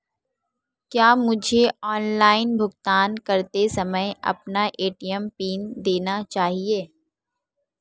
क्या मुझे ऑनलाइन भुगतान करते समय अपना ए.टी.एम पिन देना चाहिए?